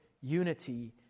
unity